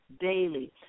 daily